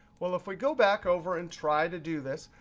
well, if we go back over and try to do this.